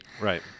Right